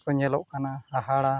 ᱠᱚ ᱧᱮᱞᱚᱜ ᱠᱟᱱᱟ ᱦᱟᱦᱟᱲᱟ